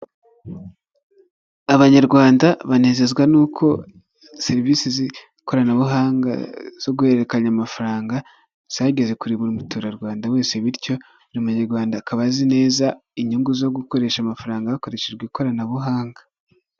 Tengamara na tiveya twongeye kubatengamaza, ishimwe kuri tiveya ryongeye gutangwa ni nyuma y'ubugenzuzi isuzuma n'ibikorwa byo kugaruza umusoro byakozwe dukomeje gusaba ibiyamu niba utariyandikisha kanda kannyeri maganainani urwego ukurikiza amabwiriza nibayandikishije zirikana fatire ya ibiyemu no kwandikisha nimero yawe ya telefone itanga n amakuru.